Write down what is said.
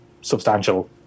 substantial